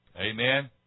Amen